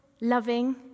loving